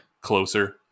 closer